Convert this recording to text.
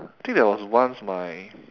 I think there was once my